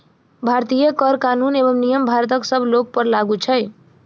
भारतीय कर कानून एवं नियम भारतक सब लोकपर लागू छै